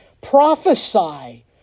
Prophesy